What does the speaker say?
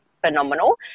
phenomenal